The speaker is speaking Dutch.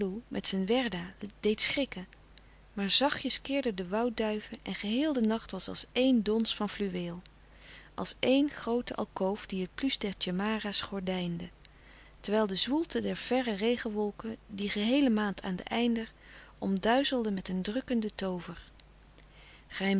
met zijn werda deed schrikken maar zachtjes kirden de woudduiven en geheel de nacht was als éen dons van fluweel als eén groote alkoof die het pluche der tjemara's gordijnden terwijl de zwoelte der verre regenwolken die geheele maand aan den einder omduizelde met een drukkenden